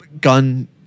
gun